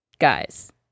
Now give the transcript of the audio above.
guys